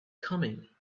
coming